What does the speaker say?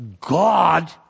God